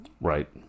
Right